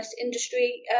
industry